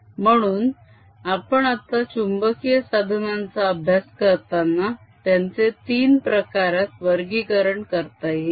म्हणून आपण आता चुंबकीय साधनांचा अभ्यास करताना त्यांचे तीन प्रकारात वर्गीकरण करता येईल